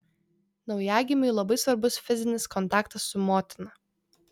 naujagimiui labai svarbus fizinis kontaktas su motina